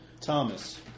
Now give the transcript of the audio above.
Thomas